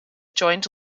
joined